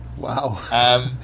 Wow